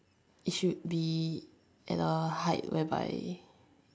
it should be at a height whereby